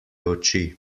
oči